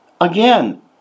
again